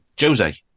Jose